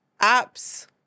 apps